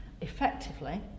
effectively